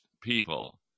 people